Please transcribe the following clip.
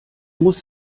muss